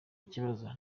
ikibazo